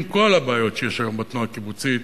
עם כל הבעיות שיש היום בתנועה הקיבוצית,